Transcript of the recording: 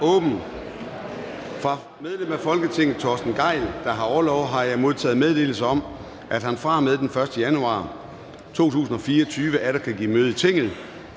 Fra medlem af Folketinget Torsten Gejl (ALT), der har orlov, har jeg modtaget meddelelse om, at han fra og med den 1. januar 2024 atter kan give møde i Tinget.